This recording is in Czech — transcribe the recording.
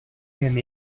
jen